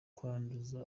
kwanduza